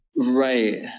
Right